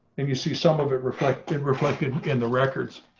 and you see some of it reflected reflected in the records.